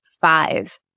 five